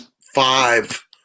five